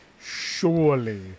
Surely